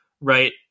right